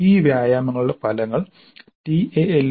ഈ വ്യായാമങ്ങളുടെ ഫലങ്ങൾ tale